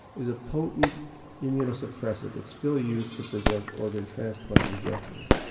is a potent immunosuppressant it's still used to prevent organ transplant rejections.